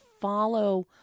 follow